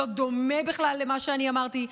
לא דומה בכלל למה שאני אמרתי,